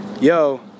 yo